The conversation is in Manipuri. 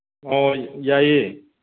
ꯑꯣ ꯌꯥꯏꯌꯦ